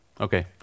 Okay